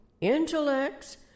Intellects